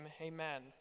amen